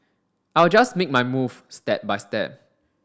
I will just make my move step by step